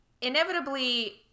inevitably